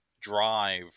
drive